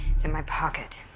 it's in my pocket.